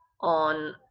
on